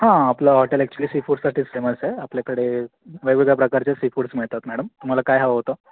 हां आपलं hotel actually सीफूडसाठीच फेमस आहे आपल्याकडे वेगवेगळ्या प्रकारचे सीफूड्स मिळतात मॅडम तुम्हाला काय हवं होतं